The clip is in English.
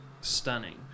stunning